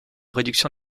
réduction